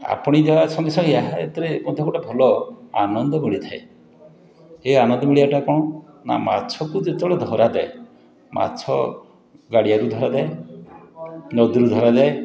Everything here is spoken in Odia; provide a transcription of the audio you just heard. ଆପଣାଇଦେବା ସଙ୍ଗେସଙ୍ଗେ ଏହା ଏଥିରେ ମଧ୍ୟ ଗୋଟେ ଭଲ ଆନନ୍ଦ ମିଳିଥାଏ ଏ ଆନନ୍ଦ ମିଳିବାଟା କ'ଣ ନା ମାଛକୁ ଯେତେବେଳେ ଧରାଯାଏ ମାଛ ଗାଡ଼ିଆରୁ ଧରାଯାଏ ନଦୀରୁ ଧରାଯାଏ